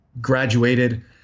graduated